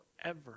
forever